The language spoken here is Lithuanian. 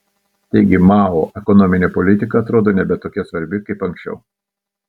taigi mao ekonominė politika atrodo nebe tokia svarbi kaip anksčiau